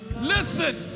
Listen